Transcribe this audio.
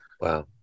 Wow